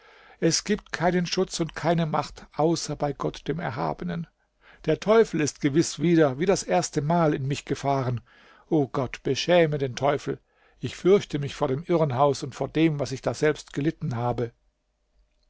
es gibt keinen schutz und keine macht außer bei gott dem erhabenen der teufel ist gewiß wieder wie das erste mal in mich gefahren o gott beschäme den teufel ich fürchte mich vor dem irrenhaus und vor dem was ich daselbst gelitten habe